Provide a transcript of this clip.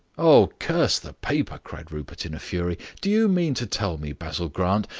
oh, curse the paper! cried rupert, in a fury. do you mean to tell me, basil grant,